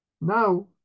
Now